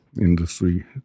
industry